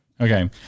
Okay